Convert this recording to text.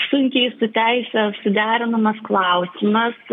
sunkiai su teise suderinamas klausimas